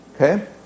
okay